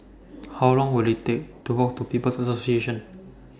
How Long Will IT Take to Walk to People's Association